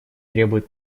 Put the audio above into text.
требуют